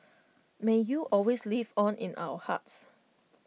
may you always live on in our hearts